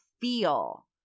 feel